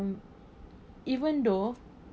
um even though